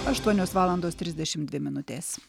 aštuonios valandos trisdešimt dvi minutės